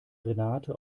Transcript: renate